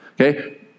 Okay